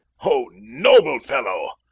o noble fellow!